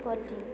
ଗଲି